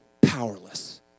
powerless